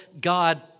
God